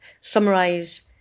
summarize